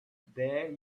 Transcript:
there